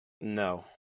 No